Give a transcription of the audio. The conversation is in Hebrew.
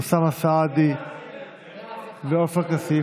אוסאמה סעדי ועופר כסיף.